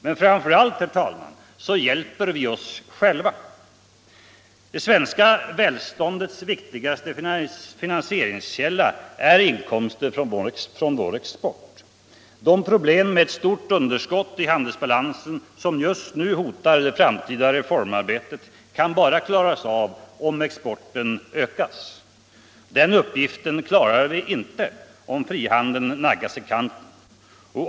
Men framför allt hjälper vi oss själva. Det svenska välståndets viktigaste finansieringskälla är inkomsterna från vår export. De problem med ett stort underskott i handelsbalansen som just nu hotar det framtida reformarbetet kan bara klaras av om exporten ökas. Den uppgiften klarar vi inte om frihandeln naggas i kanten.